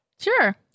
Sure